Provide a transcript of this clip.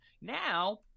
Now